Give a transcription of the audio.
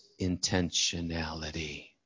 intentionality